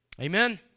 amen